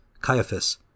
Caiaphas